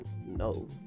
no